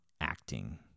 acting